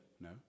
No